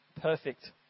Perfect